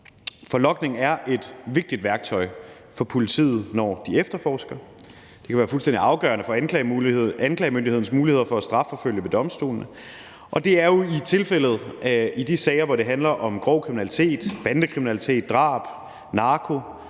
for logning er et vigtigt værktøj for politiet, når de efterforsker. Det kan være fuldstændig afgørende for anklagemyndighedens muligheder for at strafforfølge ved domstolene, og det er jo tilfældet i de sager, hvor det handler om grov kriminalitet, bandekriminalitet, drab,